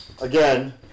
again